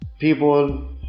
people